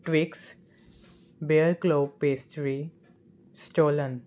Twix where claw pastry stolen